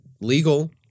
legal